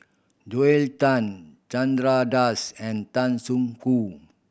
Joel Tan Chandra Das and Tan Soo Khoon